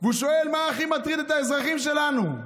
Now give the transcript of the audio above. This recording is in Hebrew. הוא שואל מה הכי מטריד את האזרחים שלנו.